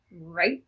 right